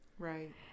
Right